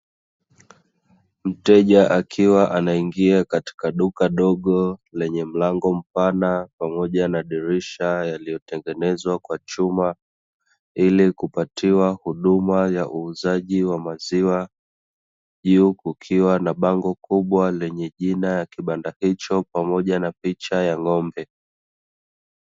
Mteja akiwa anaingia katika duka dogo lenye mlango mpana pamoja na madirisha yaliyotengenezwa kwa chuma, ili kupatiwa huduma ya uuzaji wa maziwa. Juu kukiwa na bango kubwa lenye jina ya kibanda hicho, pamoja na picha ya ng'ombe.